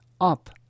up